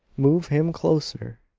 move him closer!